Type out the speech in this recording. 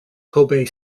kobe